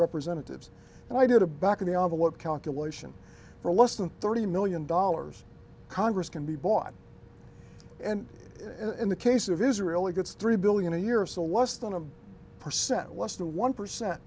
representatives and i did a back of the on the what calculation for less than thirty million dollars congress can be bought and in the case of israel he gets three billion a year or so less than a percent less than one percent